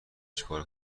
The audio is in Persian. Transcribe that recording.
چیکار